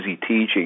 teaching